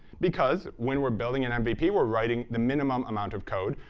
because when we're building an and mvp we're writing the minimum amount of code.